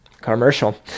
commercial